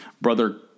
brother